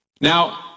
Now